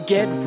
Get